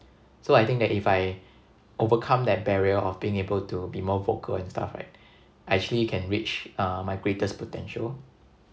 so I think that if I overcome that barrier of being able to be more vocal and stuff right I actually can reach uh my greatest potential